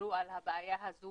שתתגברו על הבעיה הזו